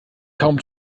kaum